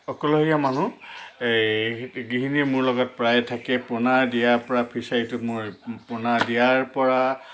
অকলশৰীয়া মানুহ এই গৃহিণীয়ে মোৰ লগত প্ৰায় থাকে পোণা দিয়াৰ পৰা ফিচাৰিটোত মোৰ পোণা দিয়াৰ পৰা